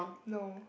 no